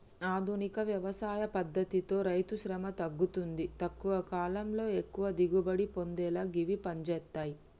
ఆధునిక వ్యవసాయ పద్దతితో రైతుశ్రమ తగ్గుతుంది తక్కువ కాలంలో ఎక్కువ దిగుబడి పొందేలా గివి పంజేత్తయ్